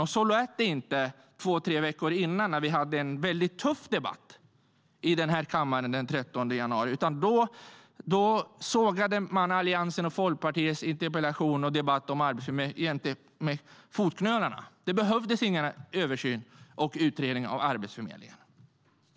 Men så lät det inte två tre veckor innan, när vi hade en väldigt tuff debatt här i kammaren den 13 januari, utan då sågade man Alliansens och Folkpartiets interpellation och debatt om Arbetsförmedlingen jäms med fotknölarna - det behövdes ingen översyn och utredning av Arbetsförmedlingen.